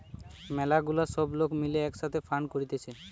ম্যালা গুলা সব লোক মিলে এক সাথে ফান্ড করতিছে